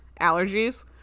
allergies